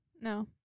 No